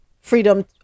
Freedom